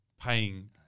paying